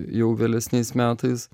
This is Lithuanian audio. jau vėlesniais metais